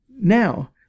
Now